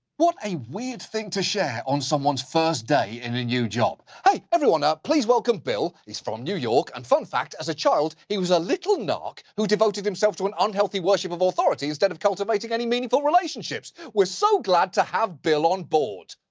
what a weird thing to share on someone's first day in and a new job. hey, everyone! ah please welcome bill, he's from new york, and fun fact, as a child, he was a little narc who devoted himself to an unhealthy worship of authority instead of cultivating any meaningful relationships! we're so glad to have bill onboard.